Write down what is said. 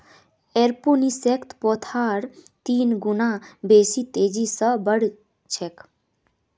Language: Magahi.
एरोपोनिक्सत पौधार तीन गुना बेसी तेजी स बढ़ छेक